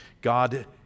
God